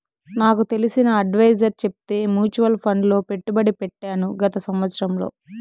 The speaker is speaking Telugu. నాకు తెలిసిన అడ్వైసర్ చెప్తే మూచువాల్ ఫండ్ లో పెట్టుబడి పెట్టాను గత సంవత్సరంలో